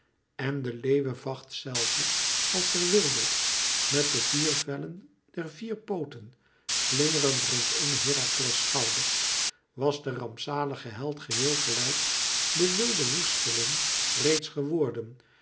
en de leeuwevacht zelve als verwilderd met de vier vellen der vier pooten slingerend rondom herakles schouders was de rampzalige held geheel gelijk den wilden woesteling reeds geworden